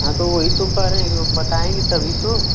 हाँ तो वही तो कह रहे हैं कि बताएंगे तभी तो